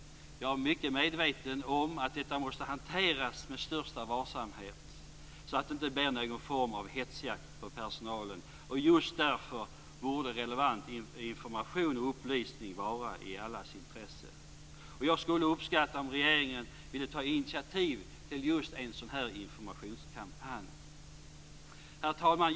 Jag är mycket medveten om att detta måste hanteras med största varsamhet så att det inte blir någon form av hetsjakt på personalen, och just därför borde relevant information och upplysning vara i allas intresse. Jag skulle uppskatta om regeringen ville ta initiativ till just en sådan informationskampanj. Herr talman!